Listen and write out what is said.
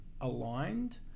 aligned